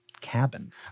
Cabin